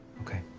okay.